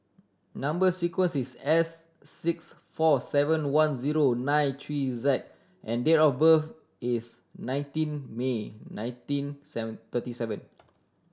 number sequence is S six four seven one zero nine three Z and date of birth is nineteen May nineteen seven thirty seven